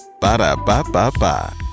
Ba-da-ba-ba-ba